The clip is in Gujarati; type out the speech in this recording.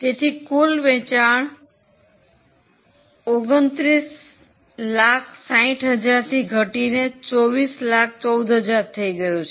તેથી કુલ વેચાણ 2960000 થી ઘટીને 2414000 થઇ ગયું છે